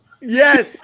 Yes